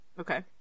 Okay